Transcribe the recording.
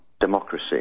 democracy